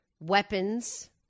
weapons